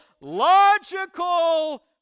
logical